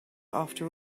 after